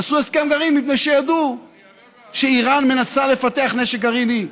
עשו הסכם גרעין מפני שידעו שאיראן מנסה לפתח נשק גרעיני.